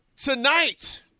Tonight